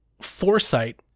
foresight